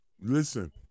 Listen